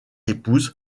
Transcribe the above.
épouse